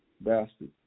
bastard